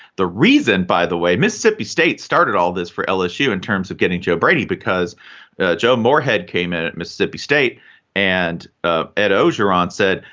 the reason, by the way, mississippi state started all this for lsu in terms of getting joe brady, because joe morehead came in at mississippi state and ah ed o's, your aunt said,